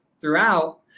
throughout